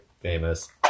famous